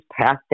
passed